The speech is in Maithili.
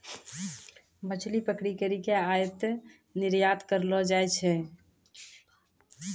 मछली पकड़ी करी के आयात निरयात करलो जाय छै